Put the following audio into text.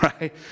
Right